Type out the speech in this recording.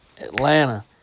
Atlanta